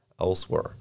elsewhere